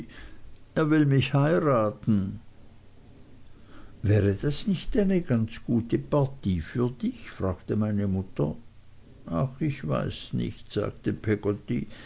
er will mich heiraten wäre das nicht eine ganz gute partie für dich fragte meine mutter ach ich weiß nicht sagte